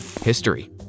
History